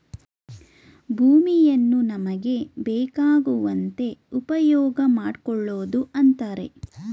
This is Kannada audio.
ಭೂಮಿಯನ್ನು ನಮಗೆ ಬೇಕಾಗುವಂತೆ ಉಪ್ಯೋಗಮಾಡ್ಕೊಳೋದು ಅಂತರೆ